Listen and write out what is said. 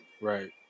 Right